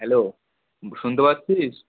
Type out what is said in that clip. hello শুনতে পাচ্ছিস